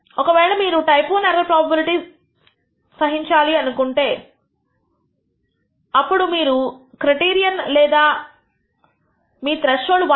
ఒకవేళ మీరు type I error probability సహించాలి అనుకుంటే అప్పుడు మీరు క్రైటీరియన్ లేదా అలా మీ త్రెష్హోల్డ్ 1